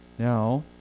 Now